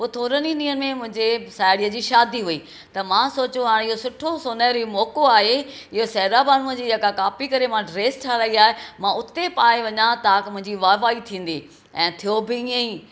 पोइ थोरी ई ॾींहनि में मुंहिंजे साहेड़ी जी शादी हुई त मां सोचियो हा इहो सुठो सुनहरी मौक़ो आहे इहो सायरा बानू जी जेका कॉपी करे मां ड्रेस ठाराही आहे मां उते पाए वञां ताकी मुंहिंजी वाह वाही थींदी ऐं थियो बि हीअं ई